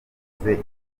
mvuze